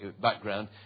background